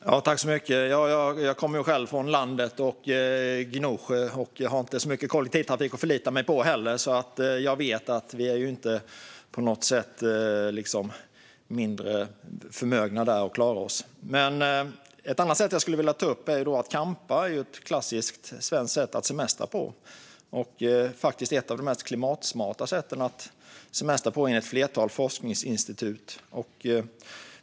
Fru talman! Jag kommer själv från landet, Gnosjö, och har inte heller särskilt mycket kollektivtrafik att förlita mig på. Jag vet alltså att vi inte på något sätt är mindre förmögna att klara oss där. En annan sak jag vill ta upp är att campa är ett klassiskt svenskt sätt att semestra på. Det är faktiskt ett av de mest klimatsmarta sätten att semestra på, enligt ett flertal forskningsinstitut.